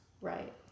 Right